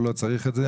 הוא לא צריך את זה,